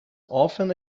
often